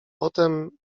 potem